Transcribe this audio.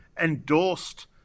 endorsed